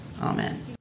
Amen